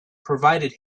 provided